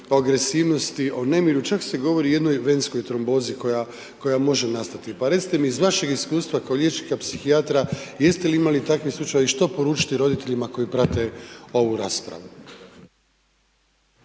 o agresivnosti, o nemiru, čak se govori o jednoj venskoj trombozi koja može nastati. Pa recite mi iz vašeg iskustva kao liječnika psihijatra jeste li imali takvih slučajeva i što poručiti roditeljima koji prate ovu raspravu?